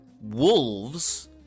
wolves